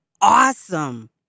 awesome